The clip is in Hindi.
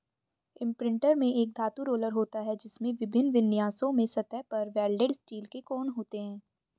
इम्प्रिंटर में एक धातु रोलर होता है, जिसमें विभिन्न विन्यासों में सतह पर वेल्डेड स्टील के कोण होते हैं